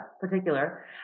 particular